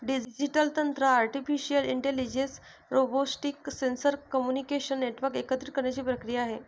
digital तंत्र artificial intelligence, robotics, sensor, communication network एकत्रित करण्याची प्रक्रिया आहे